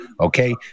okay